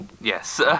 Yes